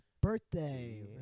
birthday